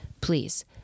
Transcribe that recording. Please